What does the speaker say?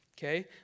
Okay